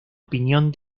opinión